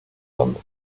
dando